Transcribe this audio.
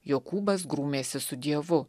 jokūbas grūmėsi su dievu